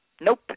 nope